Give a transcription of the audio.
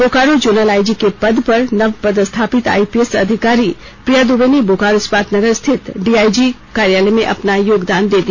Bokaro zonal IG के पद पर नव पदस्थापित आईपीएस अधिकारी प्रिया दुबे ने बोकारो इस्पात नगर स्थित डीआईजी कार्यालय में अपना योगदान दे दिया